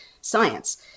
science